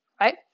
right